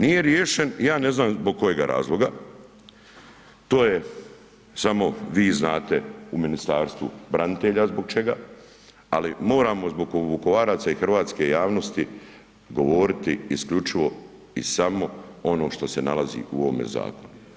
Nije riješen ja znam zbog kojega razloga, to samo vi znate u Ministarstvu branitelja zbog čega, ali moramo zbog Vukovaraca i hrvatske javnosti govoriti isključivo i samo ono što se nalazi u ovome zakonu.